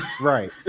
Right